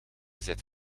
zit